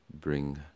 bring